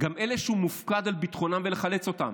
גם את חיי אלה שהוא מופקד על ביטחונם ולחלץ אותם.